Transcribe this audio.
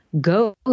go